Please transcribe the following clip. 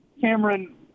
Cameron